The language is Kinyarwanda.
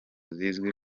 zizwi